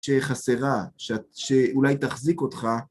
שחסרה, שאולי תחזיק אותך.